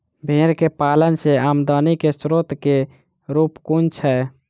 भेंर केँ पालन सँ आमदनी केँ स्रोत केँ रूप कुन छैय?